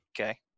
Okay